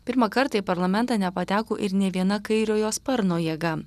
pirmą kartą į parlamentą nepateko ir nė viena kairiojo sparno jėga